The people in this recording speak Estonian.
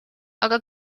aga